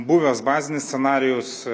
buvęs bazinis scenarijus